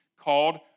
called